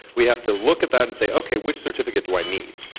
we have to look at that and say, okay. which certificate do i need?